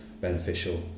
beneficial